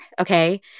Okay